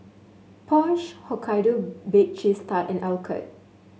Porsche Hokkaido Baked Cheese Tart and Alcott